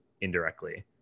indirectly